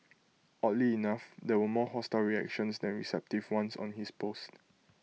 oddly enough there were more hostile reactions than receptive ones on his post